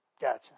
Gotcha